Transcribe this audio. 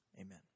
Amen